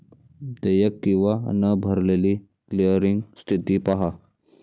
देयक किंवा न भरलेली क्लिअरिंग स्थिती पहा